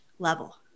level